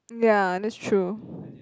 ya that's true